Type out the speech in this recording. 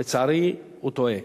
לצערי, הוא טועה,